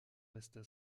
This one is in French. resta